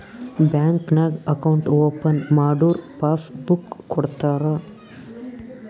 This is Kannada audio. ಬ್ಯಾಂಕ್ ನಾಗ್ ಅಕೌಂಟ್ ಓಪನ್ ಮಾಡುರ್ ಪಾಸ್ ಬುಕ್ ಕೊಡ್ತಾರ